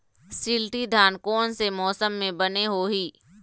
शिल्टी धान कोन से मौसम मे बने होही?